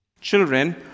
children